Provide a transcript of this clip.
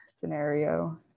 scenario